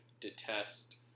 detest